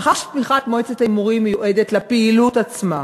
מאחר שתמיכת מועצת ההימורים מיועדת לפעילות עצמה,